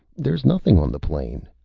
there is nothing on the plain.